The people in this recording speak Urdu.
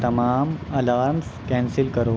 تمام الامس کینسل کرو